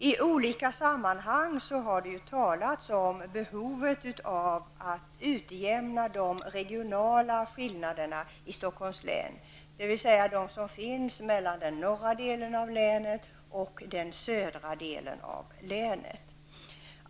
I olika sammanhang har det ju talats om behovet av att utjämna de regionala skillnaderna i Stockholms län -- dvs. skillnaderna mellan den norra och den södra delen av länet.